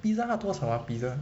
Pizza Hut 多少 ah pizza